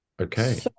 Okay